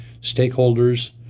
stakeholders